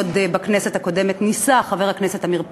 ועוד בכנסת הקודמת ניסה חבר הכנסת עמיר פרץ.